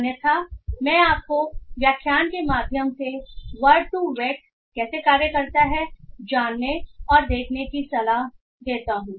अन्यथा मैं आपको व्याख्यान के माध्यम से वरड2वेक् word2vec कैसे कार्य करता है जानने और देखने की सलाह देता हूं